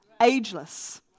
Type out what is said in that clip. ageless